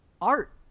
art